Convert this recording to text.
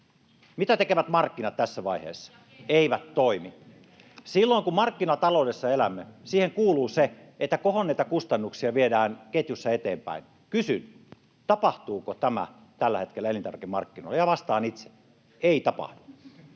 Antikainen: Ja keskusta!] Eivät toimi. Silloin, kun markkinataloudessa elämme, siihen kuuluu se, että kohonneita kustannuksia viedään ketjussa eteenpäin. Kysyn: tapahtuuko tämä tällä hetkellä elintarvikemarkkinoilla? Ja vastaan itse: Ei tapahdu.